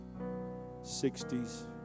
60's